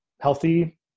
healthy